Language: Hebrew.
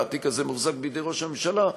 וכרגע התיק הזה מוחזק בידי ראש הממשלה,